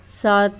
ਸੱਤ